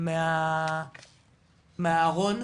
מהארון,